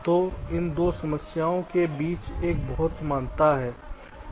तो इन 2 समस्याओं के बीच एक बहुत समानता है